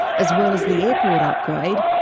as well as the airport upgrade,